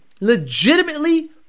legitimately